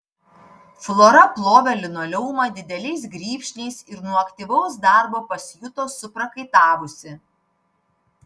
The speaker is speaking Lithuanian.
flora plovė linoleumą dideliais grybšniais ir nuo aktyvaus darbo pasijuto suprakaitavusi